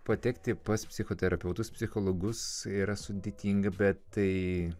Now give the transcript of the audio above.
patekti pas psichoterapeutus psichologus yra sudėtinga bet tai